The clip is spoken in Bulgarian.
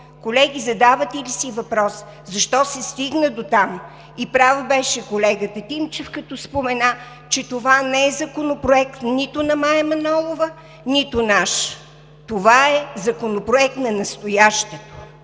Колеги, задавате ли си въпроса: защо се стигна дотам? Прав беше колегата Тимчев, като спомена, че това не е Законопроект нито на Мая Манолова, нито наш – това е Законопроект на настоящето,